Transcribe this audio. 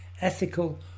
ethical